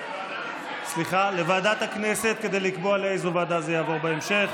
הכנסת כדי לקבוע לאיזו ועדה זה יעבור בהמשך.